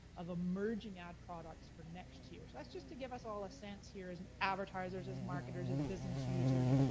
of emerging ad products for next year. so that's just to give us all a sense here, as and advertisers, as marketers, as business users,